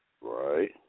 Right